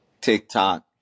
TikTok